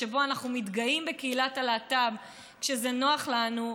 שבו אנחנו מתגאים בקהילת הלהט"ב כשזה נוח לנו,